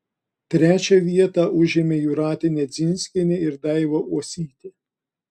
trečią vietą užėmė jūratė nedzinskienė ir daiva uosytė